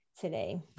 today